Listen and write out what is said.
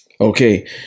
Okay